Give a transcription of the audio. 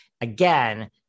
Again